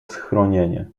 schronienie